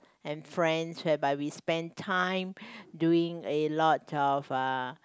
and friends whereby we spend time during a lot of uh